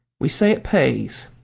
we say it pays.